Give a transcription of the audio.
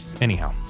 Anyhow